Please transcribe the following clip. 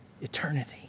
eternity